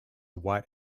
white